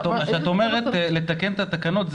כשאת אומרת לתקן את התקנות,